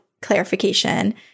clarification